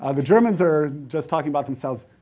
ah the germans are just talking about themselves,